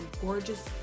gorgeous